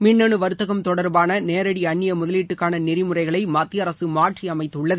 மின்னனு வாத்தகம் தொடா்பான நேரடி அந்நிய முதலீட்டுக்கான நெறிமுறைகளை மத்திய அரசு மாற்றியமைத்துள்ளது